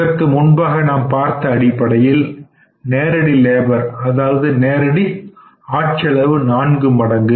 இதற்கு முன்பாக நாம் பார்த்த அடிப்படையில் நேரடி லேபர் அதாவது நேரடி ஆட்செலவு நான்கு மடங்கு